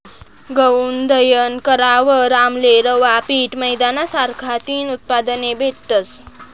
गऊनं दयन करावर आमले रवा, पीठ, मैदाना सारखा तीन उत्पादने भेटतस